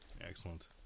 Excellent